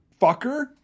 fucker